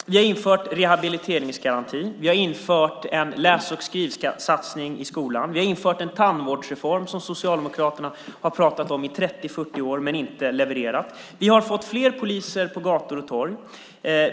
Herr talman! Vi har infört rehabiliteringsgarantin. Vi har infört en läs och skrivsatsning i skolan. Vi har infört en tandvårdsreform som Socialdemokraterna har pratat om i 30-40 år men inte levererat. Vi har fått fler poliser på gator och torg.